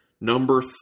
Number